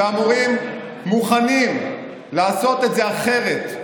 והמורים מוכנים לעשות את זה אחרת.